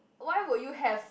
why would you have